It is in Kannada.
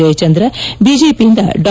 ಜಯಚಂದ್ರ ಬಿಜೆಪಿಯಿಂದ ಡಾ